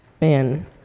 Man